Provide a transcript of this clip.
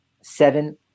seven